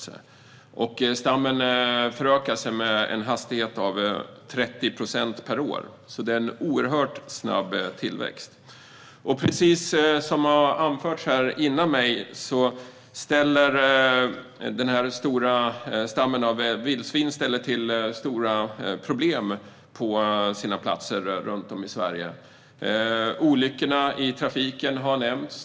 Stammen förökar sig med en hastighet av 30 procent per år. Det är en oerhört snabb tillväxt. Precis som har anförts tidigare i debatten ställer den stora stammen av vildsvin till med stora problem runt om i Sverige. Olyckorna i trafiken har nämnts.